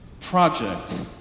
project